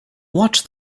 watch